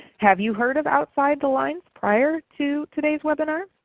have you heard of outside the lines prior to today's webinar?